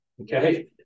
okay